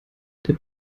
der